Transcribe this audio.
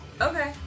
Okay